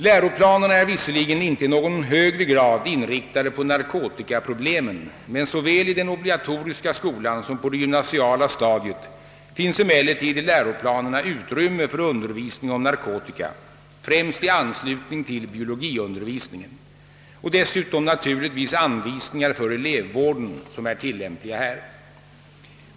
Läroplanerna är visserligen inte i någon högre grad inriktade på narkotikaproblemen, men såväl i den obligatoriska skolan som på det gymnasiala stadiet finns i läroplanerna utrymme för undervisning om narkotika främst i anslutning till biologiundervisningen — och dessutom naturligtvis anvisningar för elevvården, som är tillämpliga här.